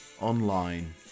online